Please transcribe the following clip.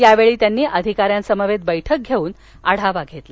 यावेळी त्यांनी अधिकाऱ्यांसमवेत बैठक घेऊन आढावा घेतला